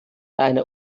eine